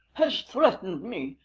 has threatened me.